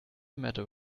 matter